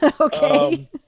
Okay